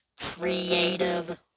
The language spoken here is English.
creative